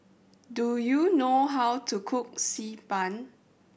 do you know how to cook Xi Ban